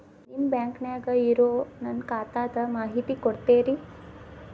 ನಿಮ್ಮ ಬ್ಯಾಂಕನ್ಯಾಗ ಇರೊ ನನ್ನ ಖಾತಾದ ಮಾಹಿತಿ ಕೊಡ್ತೇರಿ?